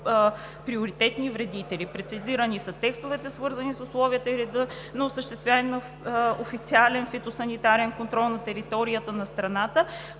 приоритетни вредители. Прецизирани са текстовете, свързани с условията и реда за осъществяване на официален фитосанитарен контрол на територията на страната